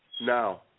now